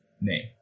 name